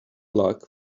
luck